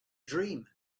dream